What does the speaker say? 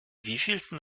wievielten